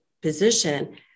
position